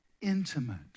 intimate